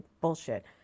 bullshit